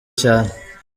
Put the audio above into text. cyane